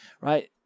right